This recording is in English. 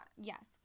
Yes